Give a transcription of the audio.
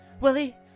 Willie